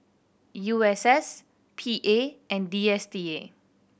U S S P A and D S T A